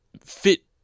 fit